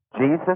Jesus